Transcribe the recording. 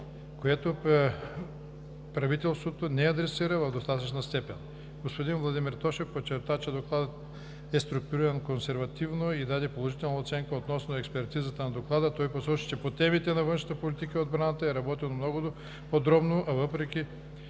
което правителството не адресира в достатъчна степен. Господин Владимир Тошев подчерта, че Докладът е структуриран консервативно и даде положителна оценка относно експертизата на Доклада. Той посочи, че по темите на външната политика и отбраната е работено много подробно, а въпроси